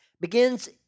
begins